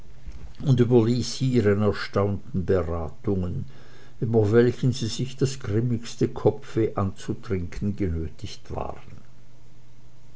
ihren erstaunten beratungen über welchen sie sich das grimmigste kopfweh anzutrinken genötigt waren